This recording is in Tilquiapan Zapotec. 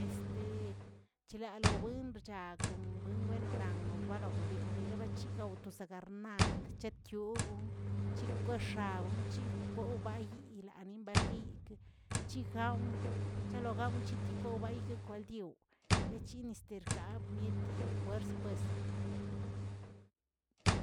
Este chlalowingr chragroꞌn wingə winoraw walaoꞌbeoꞌ berochigawꞌ to sagarmaꞌad chetiogoꞌon c̱hekwex̱ab c̱hekowbayilaꞌa limbarniyki chigamw chilogaw chikikobaygui kaldyaoꞌ echinisterkaꞌa abnieti juers pues.